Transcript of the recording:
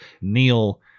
Neil